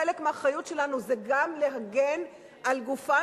חלק מהאחריות שלנו זה גם להגן על גופם